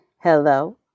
hello